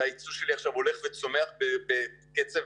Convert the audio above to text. הייצוא שלי הולך וצומח עכשיו בקצב